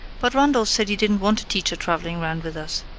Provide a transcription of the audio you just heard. but randolph said he didn't want a teacher traveling round with us.